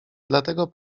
dlatego